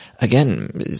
again